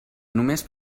només